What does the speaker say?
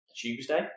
Tuesday